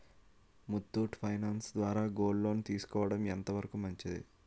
Muthoot finance ద్వారా gold loan తీసుకోవడం ఎంత వరకు మంచిది?